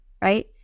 right